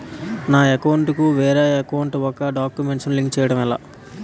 నా అకౌంట్ కు వేరే అకౌంట్ ఒక గడాక్యుమెంట్స్ ను లింక్ చేయడం ఎలా?